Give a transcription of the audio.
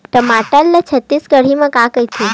टमाटर ला छत्तीसगढ़ी मा का कइथे?